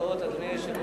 הצעת חוק הבנקאות (רישוי) (תיקון מס' 15),